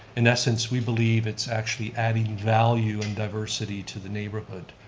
in essence, we believe it's actually adding value and diversity to the neighborhood.